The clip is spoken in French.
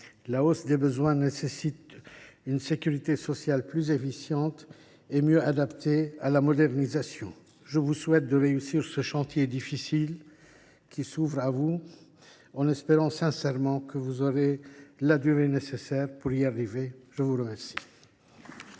La hausse des besoins nécessite une sécurité sociale plus efficiente et mieux adaptée à la modernisation. Je vous souhaite de réussir ce chantier difficile qui s’ouvre à vous, en espérant sincèrement que vous disposerez de la durée nécessaire pour y parvenir. La discussion